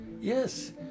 Yes